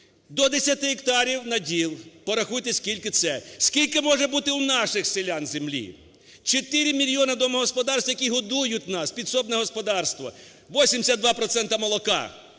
До 10 гектарів наділ. Порахуйте, скільки це. Скільки може були у наших селян землі? 4 мільйони домогосподарств, які годують нас, підсобне господарство: 82 проценти